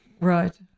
Right